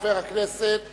חבר הכנסת חנין,